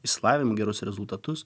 išlavinimą gerus rezultatus